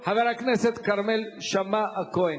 חבר הכנסת כרמל שאמה-הכהן.